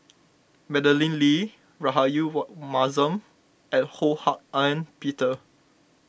Madeleine Lee Rahayu what Mahzam and Ho Hak Ean Peter